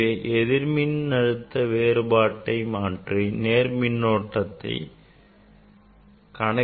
எனவே எதிர் மின்னழுத்த வேறுபாட்டை மாற்றி மின்னோட்டத்தை அளவிட வேண்டும்